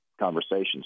conversations